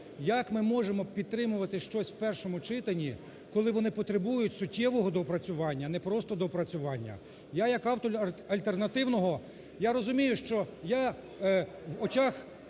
Як ми можемо підтримувати щось в першому читанні, коли вони потребують суттєвого доопрацювання, а не просто доопрацювання? Я як автор альтернативного, я розумію, що я в очах